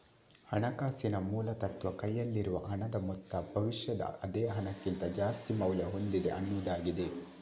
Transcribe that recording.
ಹಣಕಾಸಿನ ಮೂಲ ತತ್ವ ಕೈಯಲ್ಲಿರುವ ಹಣದ ಮೊತ್ತ ಭವಿಷ್ಯದ ಅದೇ ಹಣಕ್ಕಿಂತ ಜಾಸ್ತಿ ಮೌಲ್ಯ ಹೊಂದಿದೆ ಅನ್ನುದಾಗಿದೆ